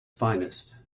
finest